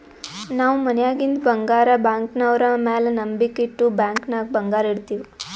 ನಾವ್ ಮನ್ಯಾಗಿಂದ್ ಬಂಗಾರ ಬ್ಯಾಂಕ್ನವ್ರ ಮ್ಯಾಲ ನಂಬಿಕ್ ಇಟ್ಟು ಬ್ಯಾಂಕ್ ನಾಗ್ ಬಂಗಾರ್ ಇಡ್ತಿವ್